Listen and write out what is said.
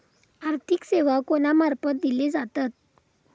आर्थिक सेवा कोणा मार्फत दिले जातत?